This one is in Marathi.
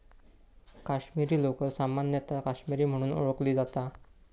काश्मीरी लोकर सामान्यतः काश्मीरी म्हणून ओळखली जाता